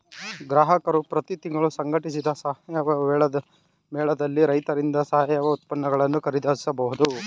ಗ್ರಾಹಕರು ಪ್ರತಿ ತಿಂಗಳು ಸಂಘಟಿಸಿದ ಸಾವಯವ ಮೇಳದಲ್ಲಿ ರೈತರಿಂದ ಸಾವಯವ ಉತ್ಪನ್ನಗಳನ್ನು ಖರೀದಿಸಬಹುದು